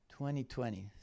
2020